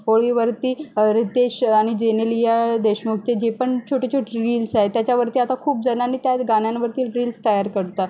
होळीवरती रितेश आणि जेनेलिया देशमुखचे जे पण छोटे छोटे रिल्स आहेत त्याच्यावरती आता खूपजणांनी त्या गाण्यांवरती रिल्स तयार करतात